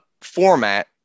format